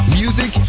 music